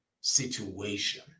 situation